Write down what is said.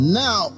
now